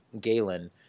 Galen